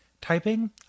Typing